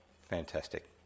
Fantastic